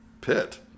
pit